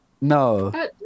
No